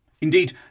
Indeed